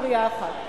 והיתה עוד עירייה אחת.